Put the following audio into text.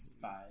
five